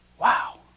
Wow